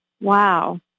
Wow